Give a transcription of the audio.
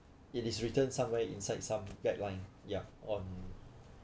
it is written somewhere inside some guideline yeah on